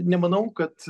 nemanau kad